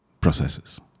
processes